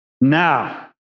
now